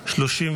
נתקבלה.